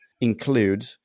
include